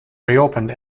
reopened